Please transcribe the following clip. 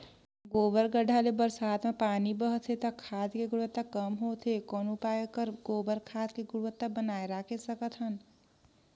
गोबर गढ्ढा ले बरसात मे पानी बहथे त खाद के गुणवत्ता कम होथे कौन उपाय कर गोबर खाद के गुणवत्ता बनाय राखे सकत हन?